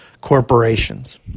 corporations